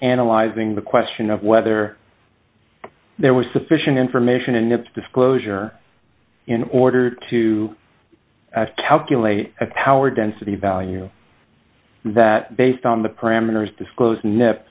analyzing the question of whether there was sufficient information in its disclosure in order to act calculate a power density value that based on the parameters disclose n